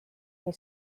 oli